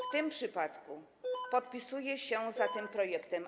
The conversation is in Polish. W tym przypadku podpisuję się pod tym projektem.